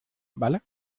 vale